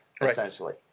essentially